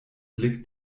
blick